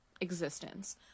existence